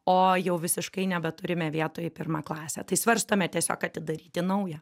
o jau visiškai nebeturime vietų į pirmą klasę tai svarstome tiesiog atidaryti naują